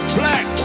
black